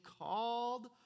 called